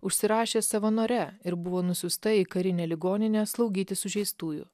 užsirašė savanore ir buvo nusiųsta į karinę ligoninę slaugyti sužeistųjų